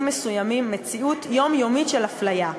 מסוימים מציאות יומיומית של אפליה.